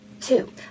Two